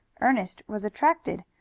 ernest was attracted,